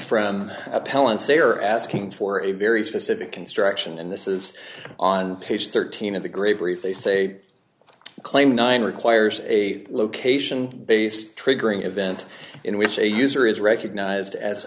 are asking for a very specific construction and this is on page thirteen of the gray brief they say claim nine requires a location based triggering event in which a user is recognized as